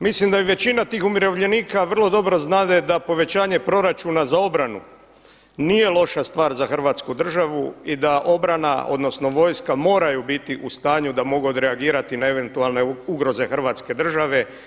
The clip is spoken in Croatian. Mislim da većina tih umirovljenika vrlo dobro zna da je povećanje obračuna za obranu nije loša stvar za hrvatsku državu i da obrana odnosno vojska moraju biti u stanju da mogu odreagirati na eventualne ugroze hrvatske države.